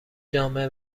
جامع